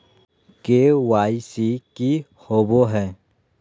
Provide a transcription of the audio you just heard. KYC की होबो है?